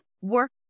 work